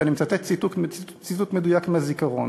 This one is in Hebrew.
ואני מצטט ציטוט מדויק מהזיכרון,